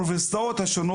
חבר הכנסת ואליד אלהואשלה,